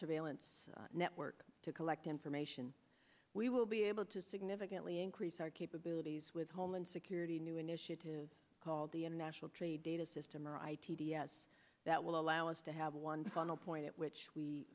surveillance network to collect information we will be able to significantly increase our capabilities with homeland security a new initiative called the international trade data system right t d s that will allow us to have one final point at which we